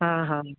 हा हा